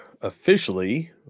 officially